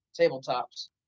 tabletops